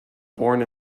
born